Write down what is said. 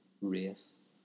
race